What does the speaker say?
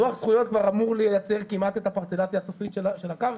לוח זכויות כבר אמור לייצר כמעט את הפרצלציה הסופית של הקרקע.